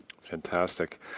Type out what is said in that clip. Fantastic